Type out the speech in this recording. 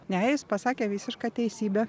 ne jis pasakė visišką teisybę